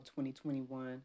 2021